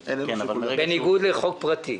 בניגוד לחוק פרטי.